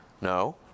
No